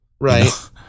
Right